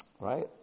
Right